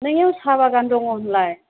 नोंनियाव साहा बागान दङ होनलाय